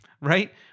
right